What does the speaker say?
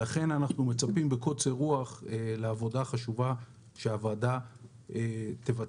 לכן אנחנו מצפים בקוצר רוח לעבודה חשובה שהוועדה תבצע.